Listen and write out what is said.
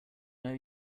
know